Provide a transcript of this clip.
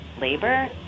labor